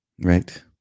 right